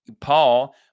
Paul